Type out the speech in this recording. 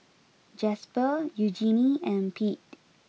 Jasper Eugenie and Pete